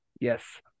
Yes